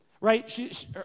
right